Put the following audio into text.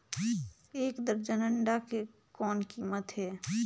एक दर्जन अंडा के कौन कीमत हे?